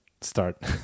start